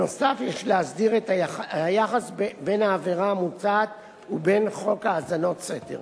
נוסף על כך יש להסדיר את היחס בין העבירה המוצעת ובין חוק האזנת סתר.